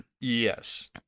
Yes